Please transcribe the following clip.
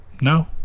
no